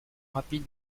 rapide